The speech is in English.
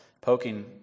poking